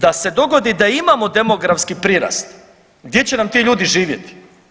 Da se dogodi da i imamo demografski prirast gdje će nam ti ljudi živjeti?